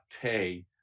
pay